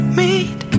meet